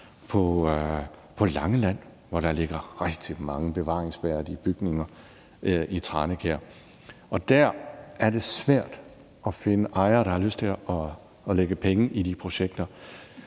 på Langeland, hvor der ligger rigtig mange bevaringsværdige bygninger i Tranekær. Der er det svært at finde ejere, der har lyst til at lægge penge i de projekter,